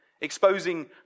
Exposing